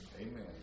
Amen